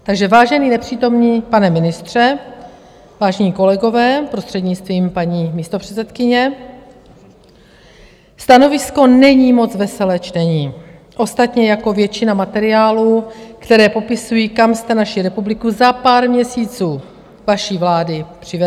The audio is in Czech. Takže vážený nepřítomný pane ministře, vážení kolegové, prostřednictvím paní místopředsedkyně, stanovisko není moc veselé čtení, ostatně jako většina materiálů, které popisují, kam jste naši republiku za pár měsíců vaší vlády přivedli.